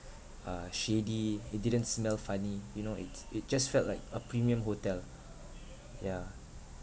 uh shady it didn't smell funny you know it it just felt like a premium hotel yeah